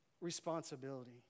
responsibility